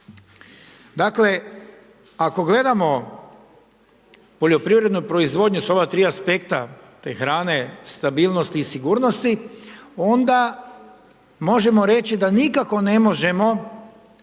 Dakle, ako gledamo poljoprivrednu proizvodnju sa ova tri aspekta te hrane, stabilnosti i sigurnosti onda možemo reći da nikako ne možemo